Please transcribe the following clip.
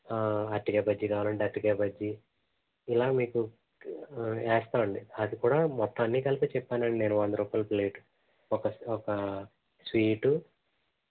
అరటికాయ బజ్జి కావాలంటే అరటికాయ బజ్జి ఇలా మీకు వేస్తాం అండి అది కూడా మొత్తం అన్ని కలిపి చెప్పానండి నేను వంద రూపాయలు ప్లేట్ ఒక ఒకా స్వీటు